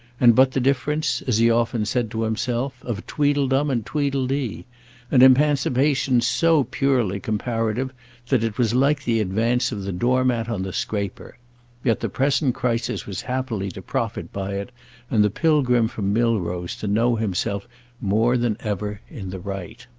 and but the difference, as he often said to himself, of tweedledum and tweedledee an emancipation so purely comparative that it was like the advance of the door-mat on the scraper yet the present crisis was happily to profit by it and the pilgrim from milrose to know himself more than ever in the right.